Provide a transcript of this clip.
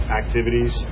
activities